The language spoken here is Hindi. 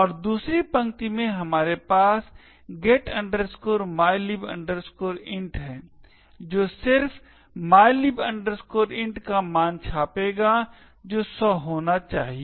और दूसरी पंक्ति में हमारे पास यह get mylib int है जो सिर्फ mylib int का मान छापेगा जो 100 होना चाहिए